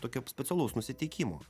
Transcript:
tokio specialaus nusiteikimo